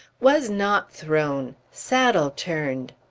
was not thrown! saddle turned.